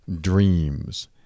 Dreams